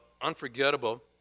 unforgettable